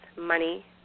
money